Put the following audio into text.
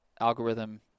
algorithm